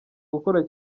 gukora